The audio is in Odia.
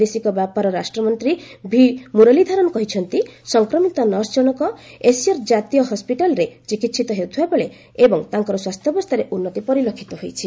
ବୈଦେଶିକ ବ୍ୟାପାର ରାଷ୍ଟ୍ରମନ୍ତ୍ରୀ ଭିମୁରଲୀଧରନ୍ କହିଛନ୍ତି ସଂକ୍ରମିତ ନର୍ସ ଜଶଙ୍କ ଏସିୟର୍ ଜାତୀୟ ହସିଟାଲ୍ରେ ଚିକିହିତ ହେଉଥିବାବେଳେ ଏବଂ ତାଙ୍କ ସ୍ୱାସ୍ଥ୍ୟାବସ୍ଥାରେ ଉନ୍ନତି ପରିଲକ୍ଷିତ ହେଉଛି